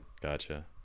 Gotcha